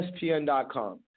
ESPN.com